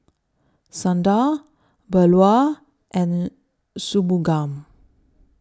Sundar Bellur and Shunmugam